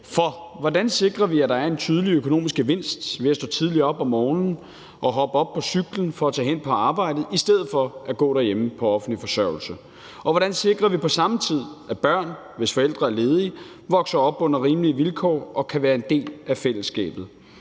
For hvordan sikrer vi, at der er en tydelig økonomisk gevinst ved at stå tidligt op om morgenen og hoppe op på cyklen for at tage hen på arbejde i stedet for at gå hjemme på offentlig forsørgelse? Og hvordan sikrer vi på samme tid, at børn, hvis forældre er ledige, vokser op under rimelige vilkår og kan være en del af fællesskabet?